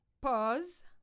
Pause